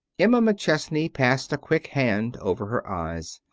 emma mcchesney passed a quick hand over her eyes.